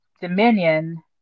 dominion